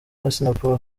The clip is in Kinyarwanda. assinapol